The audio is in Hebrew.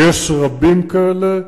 ויש רבים כאלה,